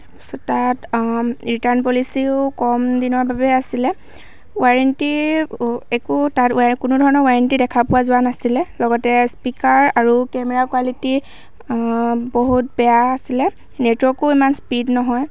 তাৰ পাছত তাত ৰিটাৰ্ণ পলিচিও কম দিনৰ বাবে আছিলে ৱাৰেণ্টি একো তাত কোনো ধৰণৰ ৱাৰেণ্টি দেখা পোৱা যোৱা নাছিলে লগতে স্পীকাৰ আৰু কেমেৰা কোৱালিটি বহুত বেয়া আছিলে নেটৱৰ্কো ইমান স্পীড নহয়